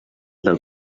del